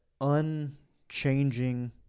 unchanging